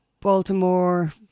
Baltimore